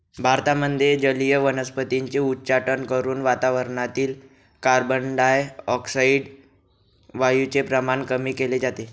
भारतामध्ये जलीय वनस्पतींचे उच्चाटन करून वातावरणातील कार्बनडाय ऑक्साईड वायूचे प्रमाण कमी केले जाते